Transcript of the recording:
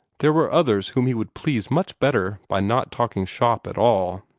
there were others whom he would please much better by not talking shop at all.